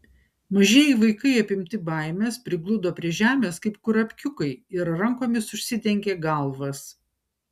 mažieji vaikai apimti baimės prigludo prie žemės kaip kurapkiukai ir rankomis užsidengė galvas